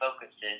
focuses